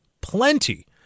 Plenty